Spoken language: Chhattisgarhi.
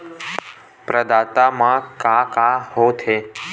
प्रदाता मा का का हो थे?